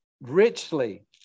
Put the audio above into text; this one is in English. richly